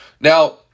Now